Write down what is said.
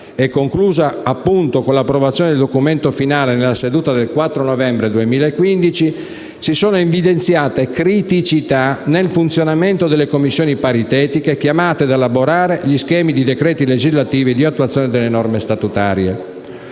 e conclusa appunto con l'approvazione del documento finale nella seduta del 4 novembre 2015, si sono evidenziate criticità nel funzionamento delle Commissioni paritetiche, chiamate ad elaborare gli schemi di decreti legislativi di attuazione delle norme statutarie.